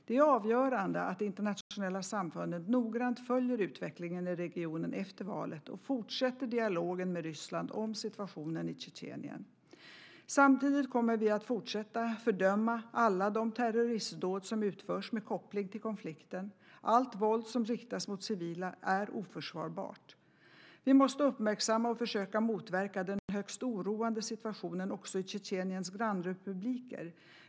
Det är avgörande att det internationella samfundet noggrant följer utvecklingen i regionen efter valet och fortsätter dialogen med Ryssland om situationen i Tjetjenien. Samtidigt kommer vi att fortsätta att fördöma alla de terroristdåd som utförs med koppling till konflikten. Allt våld som riktas mot civila är oförsvarbart. Vi måste uppmärksamma och försöka motverka den högst oroande situationen också i Tjetjeniens grannrepubliker.